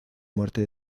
muerte